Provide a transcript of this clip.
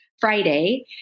Friday